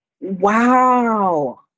Wow